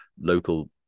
local